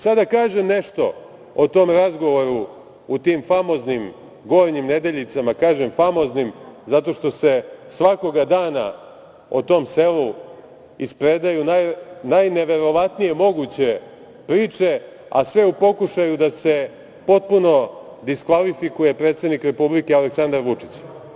Sad da kažem nešto o tom razgovoru u tim famoznim Gornjim Nedeljicama, kažem famoznim, zato što se svakoga dana o tom selu ispredaju najneverovatnije moguće priče, a sve u pokušaju da se potpuno diskvalifikuje predsednik Republike Aleksandar Vučić.